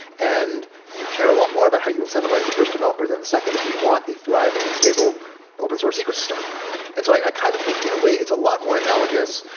and you care a lot more about how you incentivize the first developer than the second if you want a thriving and stable open source ecosystem and so i kind of think in a way it's a lot more analogous.